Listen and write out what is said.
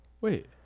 Wait